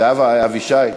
זהבה,